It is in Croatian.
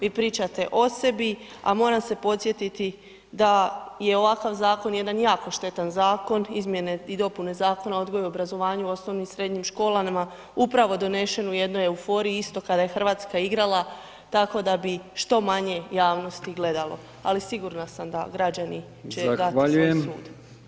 Vi pričate o sebi, a moram se podsjetiti da je ovakav zakon jedan jako štetan zakon, izmjene i dopune Zakona o odgoju i obrazovanju u osnovnim i srednjim školama upravo donesen u jednoj euforiji, isto kada je Hrvatska igrala tako da bi što manje javnosti gledalo, ali sigurna sam da građani [[Upadica: Zahvaljujem.]] će dati svoj sud.